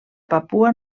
papua